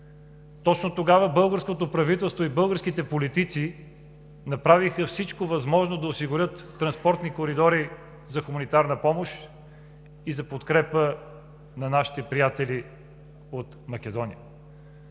Точно тогава българското правителство и българските политици направиха всичко възможно да осигурят транспортни коридори за хуманитарна помощ и за подкрепа на нашите приятели от Македония.